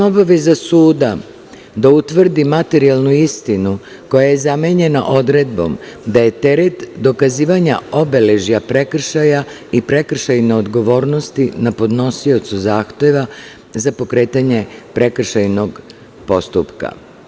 Obaveza suda da utvrdi materijalnu istinu koja je zamenjena odredbom da je teret dokazivanja obeležja prekršaja i prekršajne odgovornosti na podnosiocu zahteva za pokretanje prekršajnog postupka.